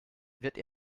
wird